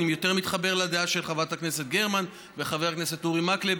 אני יותר מתחבר לדעה של חברת הכנסת גרמן וחבר הכנסת אורי מקלב.